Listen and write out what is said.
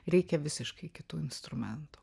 reikia visiškai kitų instrumentų